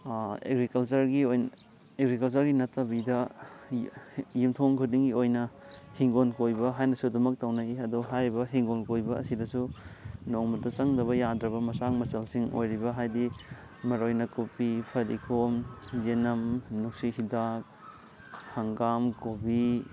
ꯑꯦꯒ꯭ꯔꯤꯀꯜꯆꯔꯒꯤ ꯑꯣꯏꯅ ꯑꯦꯒ꯭ꯔꯤꯀꯜꯆꯔꯒꯤ ꯅꯠꯇꯕꯤꯗ ꯌꯨꯝꯊꯣꯡ ꯈꯨꯗꯤꯡꯒꯤ ꯑꯣꯏꯅ ꯍꯤꯡꯒꯣꯜ ꯀꯣꯏꯕ ꯍꯥꯏꯅꯁꯨ ꯑꯗꯨꯃꯛ ꯇꯧꯅꯩ ꯑꯗꯣ ꯍꯥꯏꯔꯤꯕ ꯍꯤꯡꯒꯣꯜ ꯀꯣꯏꯕ ꯑꯁꯤꯗꯁꯨ ꯅꯣꯡꯃꯇ ꯆꯪꯗꯕ ꯌꯥꯗ꯭ꯔꯕ ꯃꯆꯥꯛ ꯃꯆꯜꯁꯤꯡ ꯑꯣꯏꯔꯤꯕ ꯍꯥꯏꯗꯤ ꯃꯔꯣꯏ ꯅꯥꯀꯨꯞꯄꯤ ꯐꯗꯤꯒꯣꯝ ꯌꯦꯅꯝ ꯅꯨꯡꯁꯤ ꯍꯤꯗꯥꯛ ꯍꯪꯒꯥꯝ ꯀꯣꯕꯤ